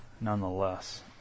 Nonetheless